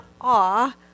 awe